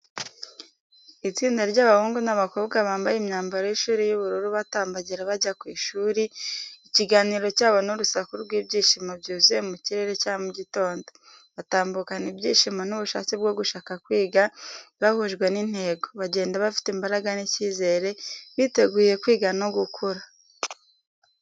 Itsinda ry'abahungu n’abakobwa bambaye imyambaro y’ishuri y’ubururu batambagira bajya ku ishuri. Ikiganiro cyabo n’urusaku rw’ibyishimo byuzuye mu kirere cya mu gitondo, batambukana ibyishimo n'ubushake bwo gushaka kwiga, bahujwe n’intego, bagenda bafite imbaraga n’icyizere, biteguye kwiga no gukura.